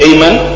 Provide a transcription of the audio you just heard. Amen